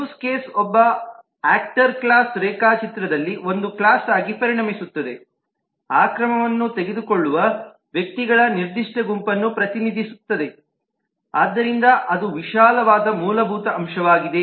use ಕೇಸ್ಲ್ಲಿ ಒಬ್ಬ actor class ರೇಖಾಚಿತ್ರದಲ್ಲಿ ಒಂದು ಕ್ಲಾಸ್ ಆಗಿ ಪರಿಣಮಿಸುತ್ತದೆ ಆ ಕ್ರಮವನ್ನು ತೆಗೆದುಕೊಳ್ಳುವ ವ್ಯಕ್ತಿಗಳ ನಿರ್ದಿಷ್ಟ ಗುಂಪನ್ನು ಪ್ರತಿನಿಧಿಸುತ್ತದೆ ಆದ್ದರಿಂದ ಅದು ಅದು ವಿಶಾಲವಾದ ಮೂಲಭೂತ ಅಂಶವಾಗಿದೆ